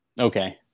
Okay